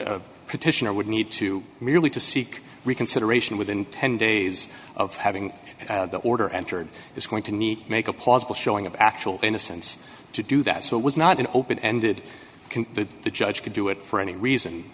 a petitioner would need to merely to seek reconsideration within ten days of having the order entered it's going to need to make a plausible showing of actual innocence to do that so it was not an open ended can that the judge could do it for any reason